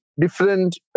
different